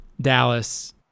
Dallas